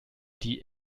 die